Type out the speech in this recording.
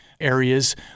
areas